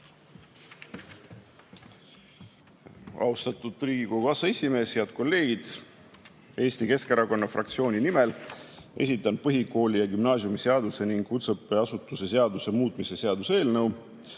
Austatud Riigikogu aseesimees! Head kolleegid! Eesti Keskerakonna fraktsiooni nimel esitan põhikooli- ja gümnaasiumiseaduse ning kutseõppeasutuse seaduse muutmise seaduse eelnõu,